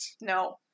No